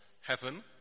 heaven